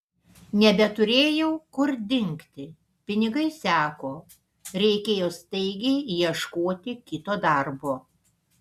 nebeturėjau kur dingti pinigai seko reikėjo staigiai ieškoti kito darbo